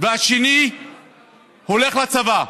והשני הולך לצבא.